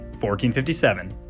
1457